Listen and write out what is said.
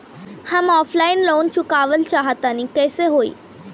हम offline loan चुकावल चाहऽ तनि कइसे होई?